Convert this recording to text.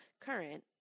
current